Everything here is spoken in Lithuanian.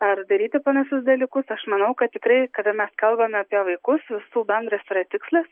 ar daryti panašius dalykus aš manau kad tikrai kada mes kalbame apie vaikus visų bendras yra tikslas